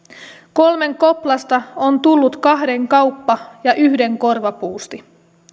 kolmen koplasta on tullut kahden kauppa ja yhden korvapuusti